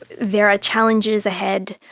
there are challenges ahead,